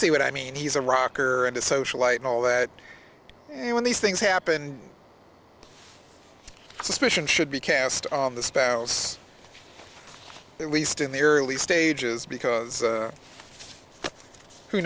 see what i mean he's a rocker and a socialite and all that and when these things happen suspicion should be cast on the spouse it least in the early stages because